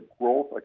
growth